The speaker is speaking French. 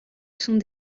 sont